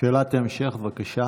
שאלת המשך, בבקשה.